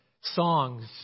songs